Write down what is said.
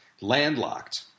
landlocked